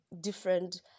different